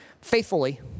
faithfully